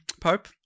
Pope